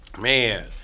Man